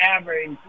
average